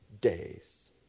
days